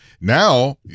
now